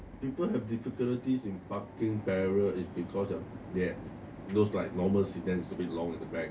people have difficulties in parking para is because of that those like normal sedans is a bit long at the back